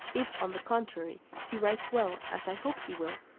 if, on the contrary, he writes well, as i hope he will,